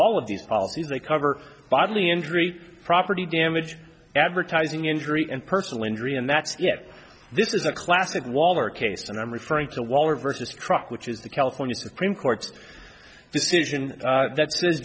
all of these policies they cover bodily injury property damage advertising injury and personal injury and that yeah this is a classic waller case and i'm referring to waller versus truck which is the california supreme court's decision that